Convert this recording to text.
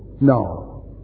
No